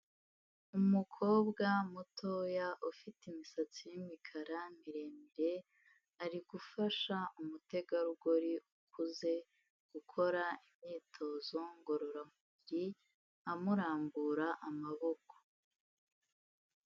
Umukobwa mutoya ufite imisatsi y'imikara miremire ari gufasha umutegarugori ukuze gukora imyitozo ngororamubiri, amurambura amaboko.